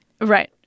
Right